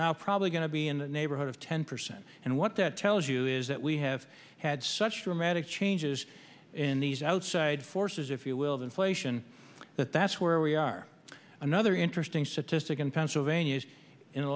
now probably going to be in the neighborhood of ten percent and what that tells you is that we have had such dramatic changes in these outside forces if you will of inflation that that's where we are another interesting statistic in pennsylvania is in the